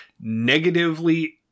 negatively